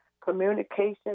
communication